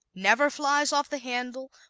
never flies off the handle,